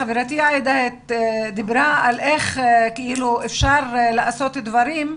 חברתי עאידה דיברה על איך אפשר לעשות דברים.